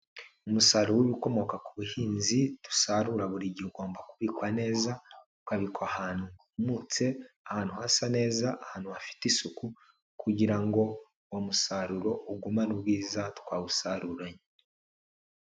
Umusaruro w'ibikomoka ku buhinzi dusarura buri gihe ugomba kubikwa neza, ukabikwa ahantu humutse, ahantu hasa neza, ahantu hafite isuku kugira ngo uwo musaruro ugumane ubwiza twawusaruranye.